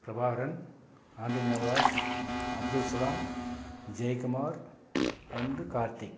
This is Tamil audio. பிரபாகரன் ஆண்டனி நவாஸ் அப்துல்சலாம் ஜெய்குமார் அண்டு கார்த்திக்